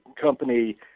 Company